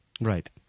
Right